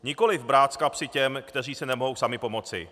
Nikoliv brát z kapsy těm, kteří si nemohou sami pomoci.